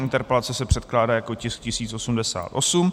Interpelace se předkládá jako tisk 1088.